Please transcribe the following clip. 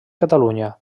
catalunya